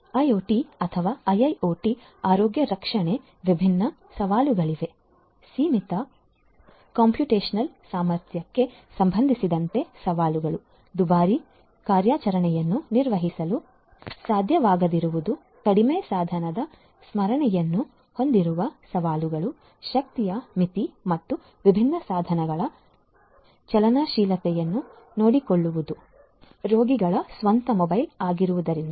IoT ಅಥವಾ IIoT ಆರೋಗ್ಯ ರಕ್ಷಣೆ ವಿಭಿನ್ನ ಸವಾಲುಗಳಾಗಿವೆ ಸೀಮಿತ ಕಂಪ್ಯೂಟೇಶನಲ್ ಸಾಮರ್ಥ್ಯಕ್ಕೆ ಸಂಬಂಧಿಸಿದಂತೆ ಸವಾಲುಗಳು ದುಬಾರಿ ಕಾರ್ಯಾಚರಣೆಗಳನ್ನು ನಿರ್ವಹಿಸಲು ಸಾಧ್ಯವಾಗದಿರುವುದು ಕಡಿಮೆ ಸಾಧನದ ಸ್ಮರಣೆಯನ್ನು ಹೊಂದಿರುವ ಸವಾಲುಗಳು ಶಕ್ತಿಯ ಮಿತಿ ಮತ್ತು ಈ ವಿಭಿನ್ನ ಸಾಧನಗಳ ಚಲನಶೀಲತೆಯನ್ನು ನೋಡಿಕೊಳ್ಳುವುದು ರೋಗಿಗಳು ಸ್ವತಃ ಮೊಬೈಲ್ ಆಗಿರುವುದರಿಂದ